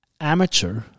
amateur